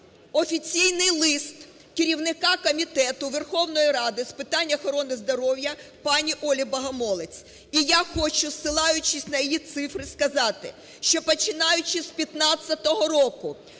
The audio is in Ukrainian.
офіційний лист керівника Комітету Верховної Ради з питань охорони здоров'я пані Олі Богомолець. І я хочу, посилаючись на її цифри, сказати, що починаючи з 2015 року